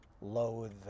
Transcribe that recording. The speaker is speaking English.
loathe